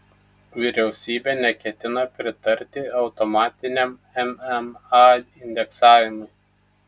vyriausybė neketina pritarti automatiniam mma indeksavimui